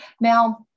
Now